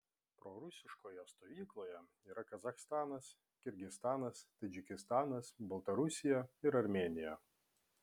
prorusiškoje stovykloje yra kazachstanas kirgizstanas tadžikistanas baltarusija ir armėnija